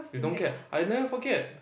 you don't care I never forget